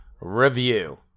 Review